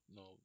no